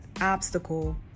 obstacle